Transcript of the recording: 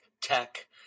tech